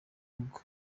rugo